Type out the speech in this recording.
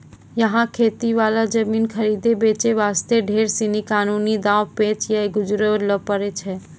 यहाँ खेती वाला जमीन खरीदै बेचे वास्ते ढेर सीनी कानूनी दांव पेंच सॅ गुजरै ल पड़ै छै